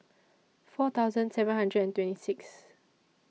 four thousand seven hundred and twenty Sixth